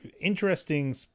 interesting